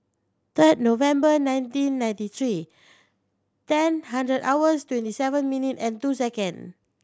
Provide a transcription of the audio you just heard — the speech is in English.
third November nineteen ninety three ten hundred hours twenty seven minute and two second